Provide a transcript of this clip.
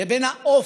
לבין האופי,